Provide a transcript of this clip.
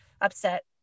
upset